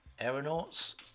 Aeronauts